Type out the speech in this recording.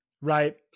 right